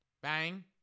Bang